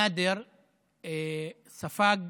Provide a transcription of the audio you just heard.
נאדר ספג